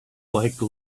like